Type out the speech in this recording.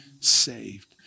saved